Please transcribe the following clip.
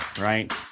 right